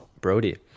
Brody